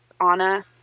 Anna